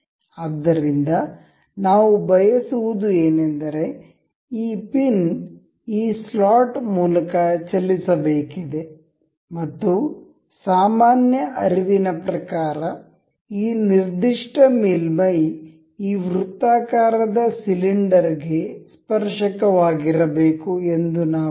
ಆದ್ದರಿಂದ ನಾವು ಬಯಸುವುದು ಏನೆಂದರೆ ಈ ಪಿನ್ ಈ ಸ್ಲಾಟ್ ಮೂಲಕ ಚಲಿಸಬೇಕಿದೆ ಮತ್ತು ಸಾಮಾನ್ಯ ಅರಿವಿನ ಪ್ರಕಾರ ಈ ನಿರ್ದಿಷ್ಟ ಮೇಲ್ಮೈ ಈ ವೃತ್ತಾಕಾರದ ಸಿಲಿಂಡರ್ ಗೆ ಸ್ಪರ್ಶಕವಾಗಿರಬೇಕು ಎಂದು ನಾವು ಬಯಸಬಹುದು